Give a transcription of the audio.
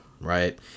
right